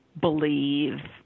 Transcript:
believe